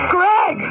Greg